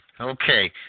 Okay